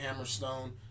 Hammerstone